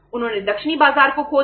उन्होंने दक्षिणी बाजार को खो दिया